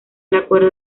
acuerdo